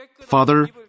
Father